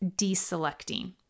deselecting